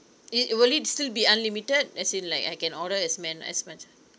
it will it still be unlimited as in like I can order is man~ as much